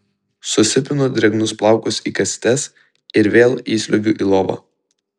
susipinu drėgnus plaukus į kasytes ir vėl įsliuogiu į lovą